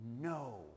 no